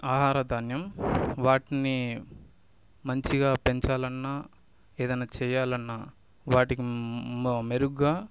ఆహార ధాన్యం వాటిని మంచిగా పెంచాలన్నా ఏదైనా చెయ్యాలన్నా వాటికి మెరుగ్గా